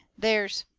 there's